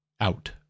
out